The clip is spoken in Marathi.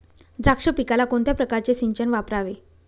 द्राक्ष पिकाला कोणत्या प्रकारचे सिंचन वापरावे?